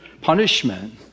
punishment